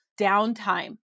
downtime